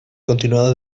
continuada